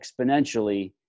exponentially